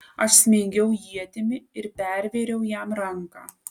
aš smeigiau ietimi ir pervėriau jam ranką